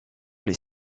les